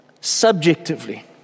subjectively